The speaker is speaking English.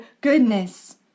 goodness